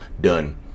Done